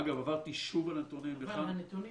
אגב, עברתי שוב על הנתונים --- אבל הנתונים